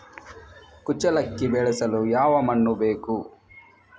ಕುಚ್ಚಲಕ್ಕಿ ಬೆಳೆಸಲು ಯಾವ ಮಣ್ಣು ಬೇಕು?